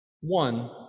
One